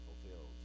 fulfilled